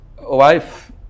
wife